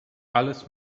alles